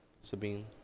Sabine